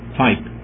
type